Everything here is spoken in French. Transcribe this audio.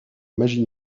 magie